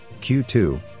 Q2